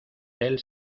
del